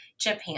Japan